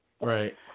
Right